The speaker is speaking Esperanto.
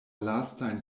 lastajn